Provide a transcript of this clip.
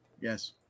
yes